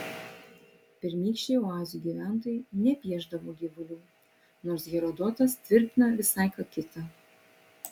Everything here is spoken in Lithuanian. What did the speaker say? pirmykščiai oazių gyventojai nepiešdavo gyvulių nors herodotas tvirtina visai ką kita